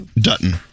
Dutton